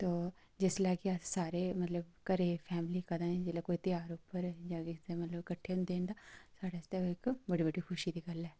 ते जिसलै कि अस सारे मतलब घरै फैमिली कदें जेल्लै कोई ध्यार पर जां किश मतलब कट्ठे होंदे न साढ़े आस्तै इक बड़ी बड्डी खुशी दी गल्ल ऐ